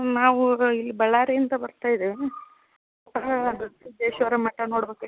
ನಾವು ಇಲ್ಲಿ ಬಳ್ಳಾರಿಯಿಂದ ಬರ್ತಾಯಿದ್ದೇವೆ ಹಾಂ ಗವಿ ಸಿದ್ಧೇಶ್ವರ ಮಠ ನೋಡ್ಬೇಕಾಯ್ತು